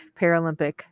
Paralympic